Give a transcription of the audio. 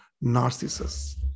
Narcissus